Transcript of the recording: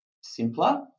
simpler